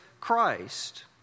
Christ